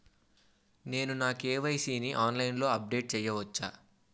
నేను నా కే.వై.సీ ని ఆన్లైన్ లో అప్డేట్ చేసుకోవచ్చా?